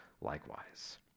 likewise